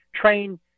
train